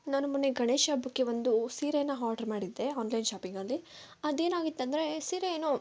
ನಾನು ಮೊನ್ನೆ ಗಣೇಶ ಹಬ್ಬಕ್ಕೆ ಒಂದು ಸೀರೆನ ಹಾರ್ಡ್ರ್ ಮಾಡಿದ್ದೆ ಆನ್ಲೈನ್ ಶಾಪಿಂಗಲ್ಲಿ ಅದೇನಾಗಿತ್ತಂದ್ರೆ ಸೀರೆ ಏನೋ